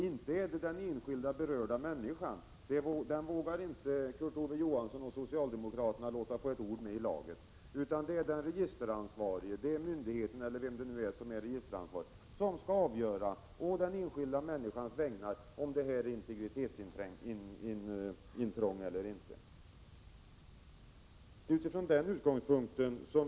Inte är det den berörda enskilda människan, för denne vågar inte Kurt Ove Johansson och socialdemokraterna låta få ett ord med i laget, utan det är myndigheten eller den som annars är registeransvarig som på den enskildes vägnar skall avgöra om det är fråga om integritetsintrång eller inte.